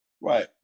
right